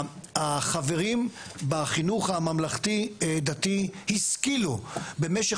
החברים בחינוך הממלכתי דתי השכילו במשך